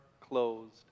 closed